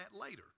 later